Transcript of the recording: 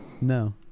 No